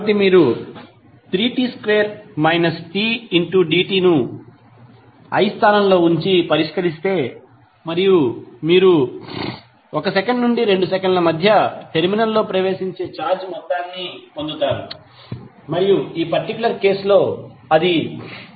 కాబట్టి మీరు 3𝑡2 − 𝑡𝑑𝑡 ను I స్థానం లో ఉంచి పరిష్కరిస్తే మరియు మీరు 1 సెకను నుండి 2 సెకన్ల మధ్య టెర్మినల్ లో ప్రవేశించే ఛార్జ్ మొత్తాన్ని పొందుతారు మరియు ఈ పర్టికులర్ కేసు లో అది 5